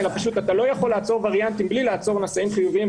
אי-אפשר לעצור וריאנטים בלי לעצור נשאים חיוביים,